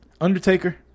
Undertaker